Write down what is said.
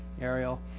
Ariel